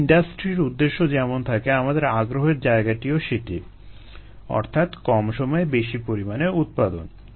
একটি ইন্ডাস্ট্রির উদ্দেশ্য যেমন থাকে আমাদের আগ্রহের জায়গাটিও সেটি অর্থাৎ কম সময়ে বেশি পরিমাণে উৎপাদন